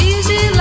Easy